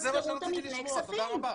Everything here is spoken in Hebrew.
יופי, זה מה שרציתי לשמוע, תודה רבה.